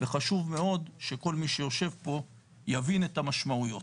וחשוב מאוד שכל מי שיושב פה, יבין את המשמעויות.